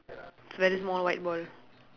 very small white ball